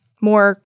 more